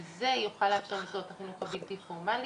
כי זה יוכל לאפשר פעילויות בחינוך הבלתי פורמלי.